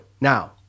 now